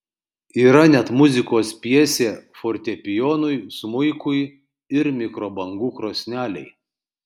yra net muzikos pjesė fortepijonui smuikui ir mikrobangų krosnelei